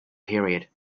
period